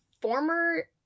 former